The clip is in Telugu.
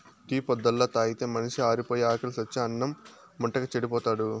టీ పొద్దల్లా తాగితే మనిషి ఆరిపాయి, ఆకిలి సచ్చి అన్నిం ముట్టక చెడిపోతాడు